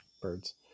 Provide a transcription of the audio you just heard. Birds